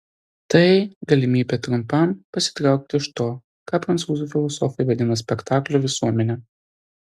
tai galimybė trumpam pasitraukti iš to ką prancūzų filosofai vadina spektaklio visuomene